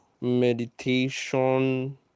meditation